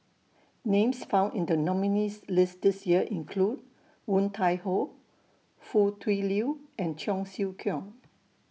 Names found in The nominees' list This Year include Woon Tai Ho Foo Tui Liew and Cheong Siew Keong